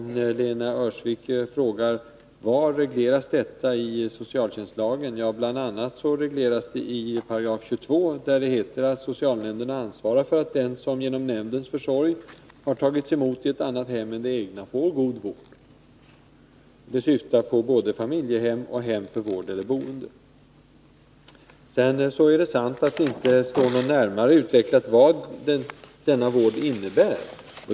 Lena Öhrsvik frågar var detta regleras i socialtjänstlagen. Det regleras bl.a. i 22 §, där det heter att socialnämnden ansvarar för att den som genom nämndens försorg har tagits emot i ett annat hem än det egna får god vård. Det syftar på både familjehem och hem för vård eller boende. Det är sant att det inte står närmare utvecklat vad denna vård innebär.